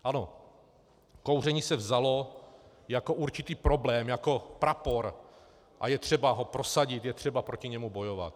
Ano, kouření se vzalo jako určitý problém, jako prapor a je třeba ho prosadit, je třeba proti němu bojovat.